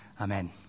amen